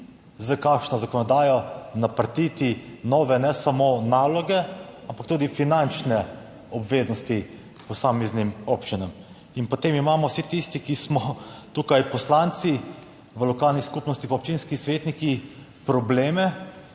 s kakšno zakonodajo naprtiti nove, ne samo naloge, ampak tudi finančne obveznosti posameznim občinam. In potem imamo vsi tisti, ki smo tukaj poslanci v lokalni skupnosti pa občinski svetniki probleme,